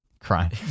crying